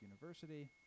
University